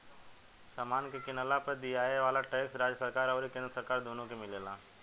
समान के किनला पर दियाये वाला टैक्स राज्य सरकार अउरी केंद्र सरकार दुनो के मिलेला